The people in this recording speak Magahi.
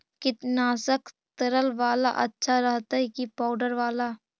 कीटनाशक तरल बाला अच्छा रहतै कि पाउडर बाला?